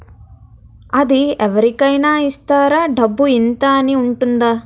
అది అవరి కేనా ఇస్తారా? డబ్బు ఇంత అని ఉంటుందా?